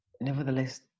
nevertheless